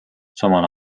samal